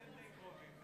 יושבת-ראש האופוזיציה,